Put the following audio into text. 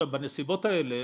בנסיבות האלה